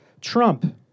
Trump